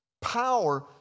power